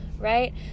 right